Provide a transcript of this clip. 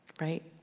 right